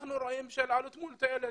ואנחנו רואים עלות מול תועלת.